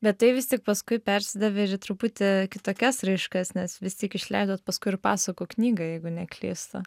bet tai vis tik paskui persidavė ir į truputį kitokias raiškas nes vis tik išleidot paskui ir pasakų knygą jeigu neklystu